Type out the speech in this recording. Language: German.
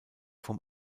vom